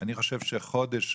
אני חושב שחודש,